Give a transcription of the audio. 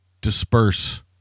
disperse